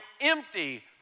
empty